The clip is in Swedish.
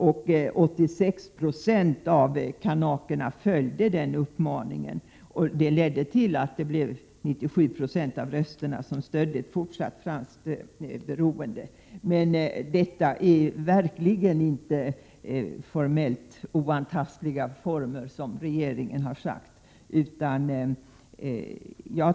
86 96 av kanakerna följde den uppmaningen, och det ledde till att 97 26 röstade för fortsatt franskt beroende. Detta är verkligen inte ”formellt oantastliga former”, som regeringen har sagt.